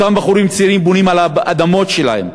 אותם בחורים צעירים בונים על אדמות שלהם.